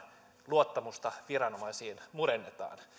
luottamusta viranomaisiin murennetaan